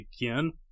again